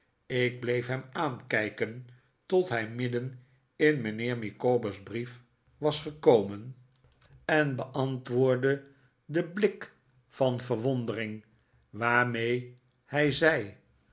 ik bleef hem aankijken tot hij midden in mijnheer micawber's brief was gekomen en beanttwee geheimzinnige brieven woordde den'blik van verwondering waarmee hij zei